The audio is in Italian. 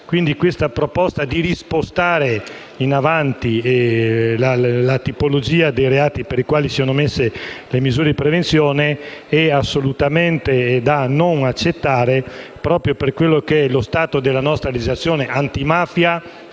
Quindi questa proposta di rispostare in avanti la tipologia dei reati per i quali siano ammesse le misure di prevenzione è assolutamente da non accettare, proprio per quello che è lo stato della nostra legislazione antimafia